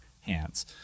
hands